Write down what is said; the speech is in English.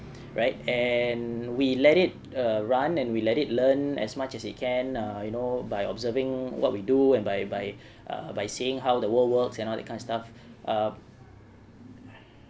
right and we let it err run and we let it learn as much as it can err you know by observing what we do and by by uh by seeing how the world works and all that kinda stuff err